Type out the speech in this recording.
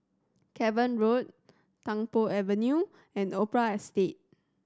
Cavan Road Tung Po Avenue and Opera Estate